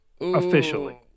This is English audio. officially